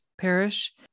parish